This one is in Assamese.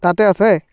তাতে আছে